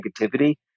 negativity